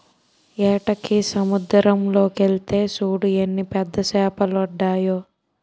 ఏటకి సముద్దరం లోకెల్తే సూడు ఎన్ని పెద్ద సేపలడ్డాయో